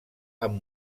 amb